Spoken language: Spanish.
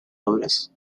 obras